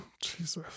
Jesus